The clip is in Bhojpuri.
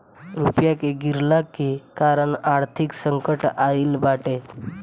रुपया के गिरला के कारण आर्थिक संकट आईल बाटे